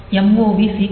MOV C P0